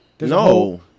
no